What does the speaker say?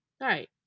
right